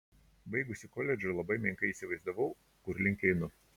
baigusi koledžą labai menkai įsivaizdavau kur link einu